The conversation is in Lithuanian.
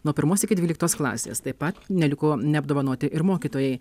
nuo pirmos iki dvyliktos klasės taip pat neliko neapdovanoti ir mokytojai